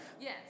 Yes